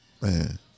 Man